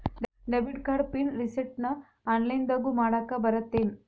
debit card PIN ರಿಸೆಟ್ನ ಆನ್ಲೈನ್ದಗೂ ಮಾಡಾಕ ಬರತ್ತೇನ್